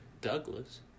douglas